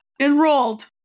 enrolled